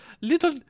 little